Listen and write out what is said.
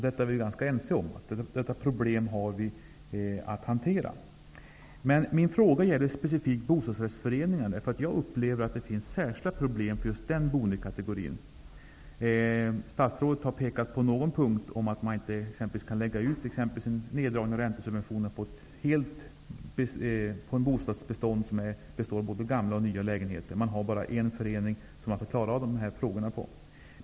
Vi är ganska ense om att vi har att hantera detta problem. Min fråga gäller specifikt bostadsrättsföreningarna, därför att jag upplever att det finns särskilda problem för just den boendekategorin. Statsrådet har pekat på någon punkt om att bostadsrättsföreningarna inte kan lägga ut t.ex. en neddragning av räntesubventionerna på ett bostadsbestånd som består av både gamla och nya lägenheter. Det finns bara en förening som skall klara av detta.